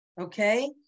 Okay